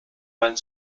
meinen